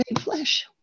flesh